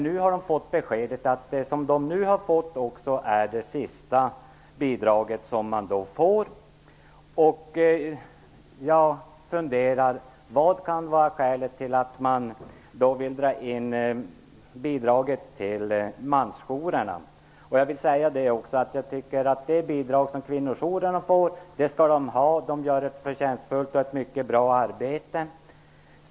Nu har man fått besked om att det bidrag som man nu har fått är det sista. Jag tycker att kvinnojourerna skall ha det bidrag som de får. De gör ett förtjänstfullt och mycket bra arbete.